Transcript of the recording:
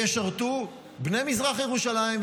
בני מזרח ירושלים,